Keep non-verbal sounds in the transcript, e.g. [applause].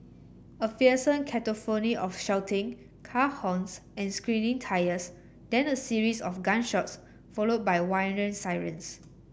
a fearsome cacophony of shouting car horns and screeching tyres then a series of gunshots followed by [unintelligible] sirens